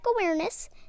awareness